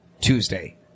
Tuesday